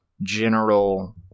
general